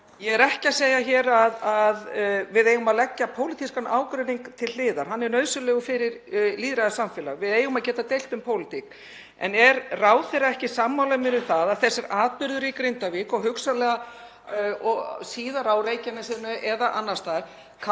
ég er ekki að segja að við eigum að leggja pólitískan ágreining til hliðar. Hann er nauðsynlegur fyrir lýðræðissamfélag. Við eigum að geta deilt um pólitík. En er ráðherra ekki sammála mér um það að þessir atburðir í Grindavík og hugsanlega síðar á Reykjanesinu eða annars staðar